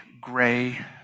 gray